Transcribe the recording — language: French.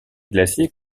glaciers